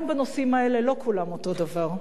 גם בנושאים האלה, לא כולם אותו דבר.